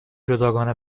جداگانه